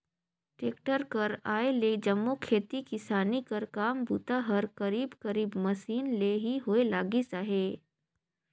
tractor कर आए ले जम्मो खेती किसानी कर काम बूता हर करीब करीब मसीन ले ही होए लगिस अहे